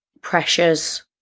pressures